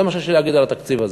זה מה שיש לי להגיד על התקציב הזה.